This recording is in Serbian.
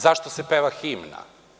Zašto se peva himna?